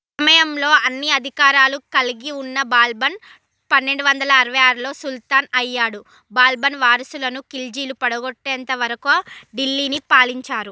సమయంలో అన్ని అధికారాలు కలిగి ఉన్న బల్బన్ పన్నెండు వందల అరవై ఆరులో సుల్తాన్ అయ్యాడు బల్బన్ వారసులను ఖిల్జీలు పడగొట్టేంత వరకు ఢిల్లీని పాలించారు